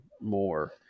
more